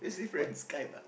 on Skype ah